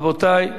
רבותי,